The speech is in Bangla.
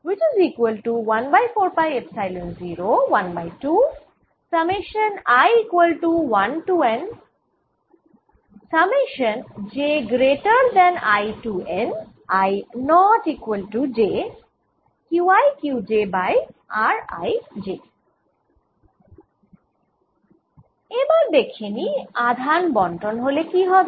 এবার দেখে নিই আধান বন্টন হলে কি হবে